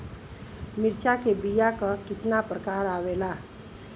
मिर्चा के बीया क कितना प्रकार आवेला?